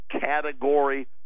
category